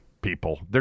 people